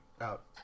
out